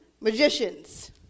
magicians